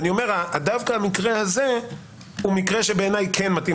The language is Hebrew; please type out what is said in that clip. דווקא המקרה הזה הוא מקרה שכן מתאים